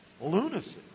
lunacy